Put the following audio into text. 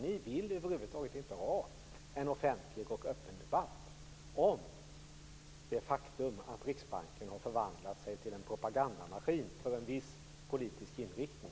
Ni vill över huvud taget inte ha en offentlig och öppen debatt om det faktum att Riksbanken har förvandlat sig till en propagandamaskin för en viss politisk inriktning.